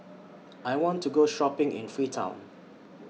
I want to Go Shopping in Freetown